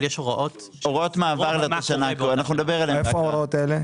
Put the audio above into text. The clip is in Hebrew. אבל יש הוראות מעבר לשנה --- איפה ההוראות האלה?